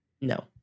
No